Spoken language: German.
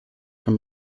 vom